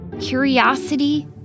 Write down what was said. curiosity